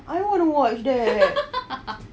I want to watch that